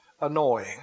annoying